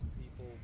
people